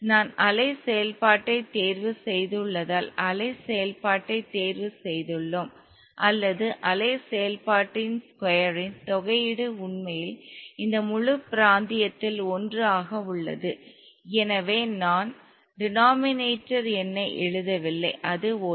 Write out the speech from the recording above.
நான் அலை செயல்பாட்டை தேர்வுசெய்துள்ளதால் அலை செயல்பாட்டை தேர்வு செய்துள்ளோம் அல்லது அலை செயல்பாட்டின் ஸ்கொயரின் தொகையீடு உண்மையில் இந்த முழு பிராந்தியத்தில் 1 ஆக உள்ளது எனவே நான் டினோமினேட்டர் எண்ணை எழுதவில்லை அது 1